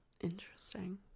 interesting